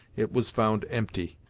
it was found empty.